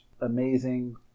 amazing